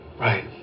Right